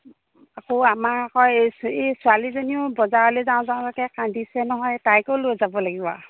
আকৌ আমাৰ আকৌ এই এই ছোৱালীজনীও বজাৰলৈ যাওঁ যাওঁকৈ কান্দিছে নহয় তাইকো লৈ যাব লাগিব আৰু